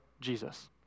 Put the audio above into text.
Jesus